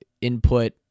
input